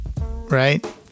right